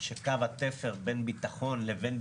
מירב בן ארי, יו"ר ועדת ביטחון פנים: